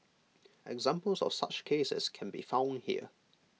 examples of such cases can be found here